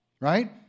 right